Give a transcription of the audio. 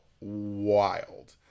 wild